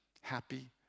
happy